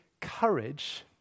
courage